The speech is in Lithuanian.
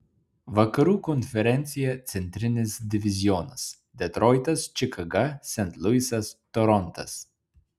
vakarų konferencija centrinis divizionas detroitas čikaga sent luisas torontas